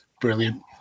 Brilliant